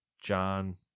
John